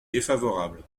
défavorable